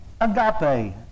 agape